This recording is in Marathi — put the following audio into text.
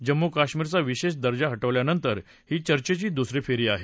जम्मू काश्मीर चा विशेष दर्जा हटवला नंतर ही चर्चेची दुसरी फेरी आहे